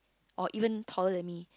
or even taller than me